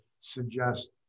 suggest